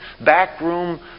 backroom